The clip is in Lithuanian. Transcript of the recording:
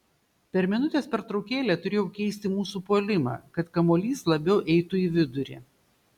per minutės pertraukėlę turėjau keisti mūsų puolimą kad kamuolys labiau eitų į vidurį